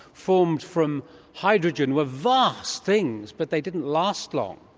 formed from hydrogen, were vast things but they didn't last long,